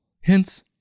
Hence